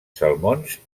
salmons